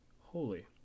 holy